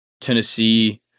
Tennessee